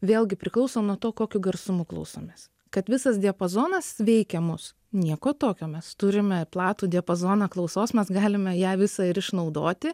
vėlgi priklauso nuo to kokiu garsumu klausomės kad visas diapazonas veikia mus nieko tokio mes turime platų diapazoną klausos mes galime ją visą ir išnaudoti